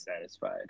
satisfied